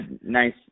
nice